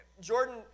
Jordan